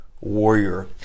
warrior